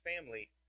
family